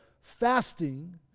fasting